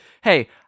hey